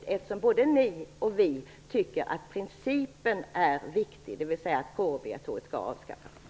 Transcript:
Det verkar ju som om både ni och vi tycker att principen är viktig, dvs. att kårobligatoriet borde avskaffas.